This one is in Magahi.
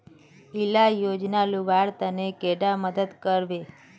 इला योजनार लुबार तने कैडा मदद करबे?